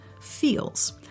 Feels